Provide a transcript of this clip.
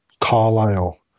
Carlisle